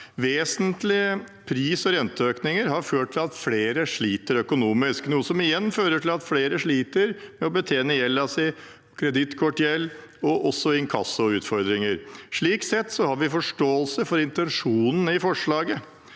Vesentlige pris- og renteøkninger har ført til at flere sliter økonomisk, noe som igjen fører til at flere sliter med å betjene gjelden sin, bl.a. kredittkortgjeld, og de har også inkassoutfordringer. Slik sett har vi forståelse for intensjonen i forslaget,